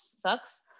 Sucks